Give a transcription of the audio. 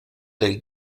del